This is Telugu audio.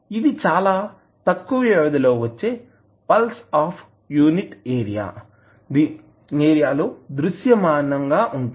ఇది చాలా తక్కువ వ్యవధి లో వచ్చే పల్స్ అఫ్ యూనిట్ ఏరియా లో దృశ్యమానం గా ఉంటుంది